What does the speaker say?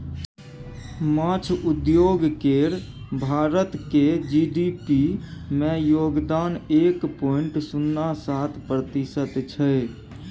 माछ उद्योग केर भारतक जी.डी.पी मे योगदान एक पॉइंट शुन्ना सात प्रतिशत छै